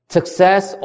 Success